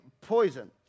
poison